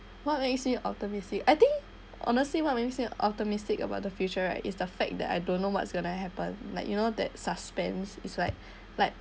what makes you optimistic I think honestly what makes you think optimistic about the future right is the fact that I don't know what's going to happen like you know that suspense is like like